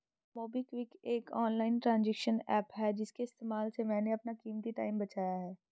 MobiKwik एक online transaction app है इसके इस्तेमाल से मैंने अपना कीमती टाइम बचाया है